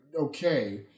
okay